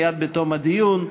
מייד בתום הדיון,